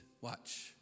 watch